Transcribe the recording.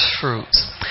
fruits